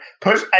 push